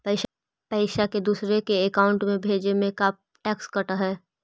पैसा के दूसरे के अकाउंट में भेजें में का टैक्स कट है?